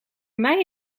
mij